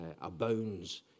abounds